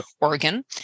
Oregon